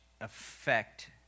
affect